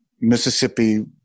Mississippi